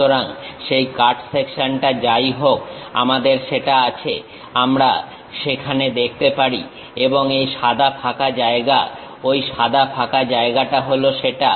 সুতরাং সেই কাট সেকশনটা যাই হোক আমাদের সেটা আছে আমরা সেখানে দেখতে পারি এবং এই সাদা ফাঁকা জায়গা ঐ সাদা ফাঁকা জায়গাটা হলো সেটা